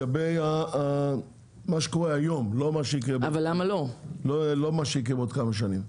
אני מתכוון לגבי מה שקורה היום ולא מה שיקרה בעוד כמה שנים.